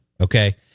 Okay